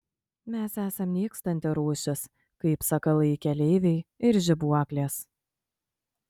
mes esam nykstanti rūšis kaip sakalai keleiviai ir žibuoklės